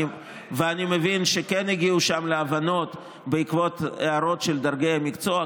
ואני מבין שכן הגיעו שם להבנות בעקבות הערות של דרגי המקצוע,